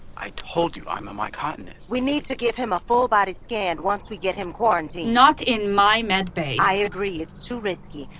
i told you, i'm a mycotanist we need to give him a full body scan once we get him quarantined not in my med bay i agree, it's too risky.